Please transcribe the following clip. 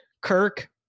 Kirk